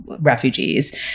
refugees